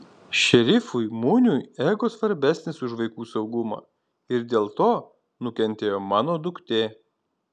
šerifui muniui ego svarbesnis už vaikų saugumą ir dėl to nukentėjo mano duktė